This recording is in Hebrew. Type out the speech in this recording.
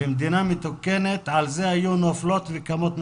במדינה מתוקנת על זה היו נופלות וקמות ממשלות.